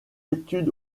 études